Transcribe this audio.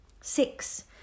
Six